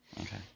Okay